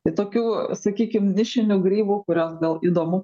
tai tokių sakykim nišinių grybų kuriuos gal įdomu